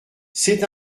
c’est